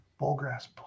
Bullgrass